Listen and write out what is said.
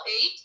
eight